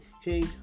Hey